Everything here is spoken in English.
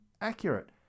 accurate